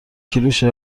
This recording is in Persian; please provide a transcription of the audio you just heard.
کیلوشه